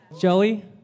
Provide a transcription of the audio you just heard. Joey